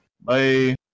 Bye